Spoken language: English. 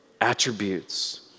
attributes